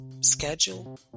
Schedule